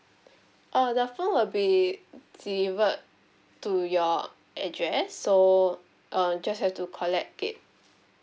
oh the phone will be delivered to your address so uh just have to collect it